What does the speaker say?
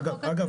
אגב,